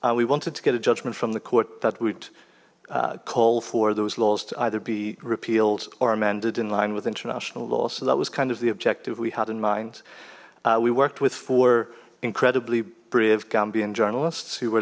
laws we wanted to get a judgment from the court that would call for those laws to either be repealed or amended in line with international law so that was kind of the objective we had in mind we worked with four incredibly brave gambian journalists who were